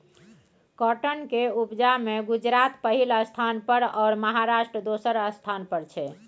cotton केर उपजा मे गुजरात पहिल स्थान पर आ महाराष्ट्र दोसर स्थान पर छै